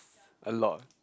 a lot